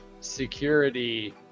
security